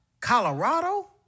Colorado